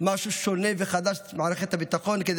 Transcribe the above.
במשהו שונה וחדש את מערכת הביטחון כדי